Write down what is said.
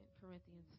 Corinthians